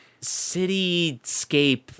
cityscape